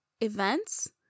events